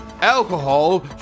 alcohol